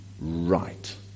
right